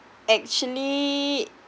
actually